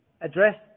address